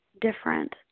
different